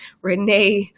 Renee